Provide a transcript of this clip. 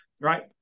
right